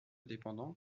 dépendant